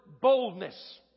boldness